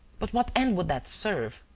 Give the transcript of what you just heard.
but what end would that serve?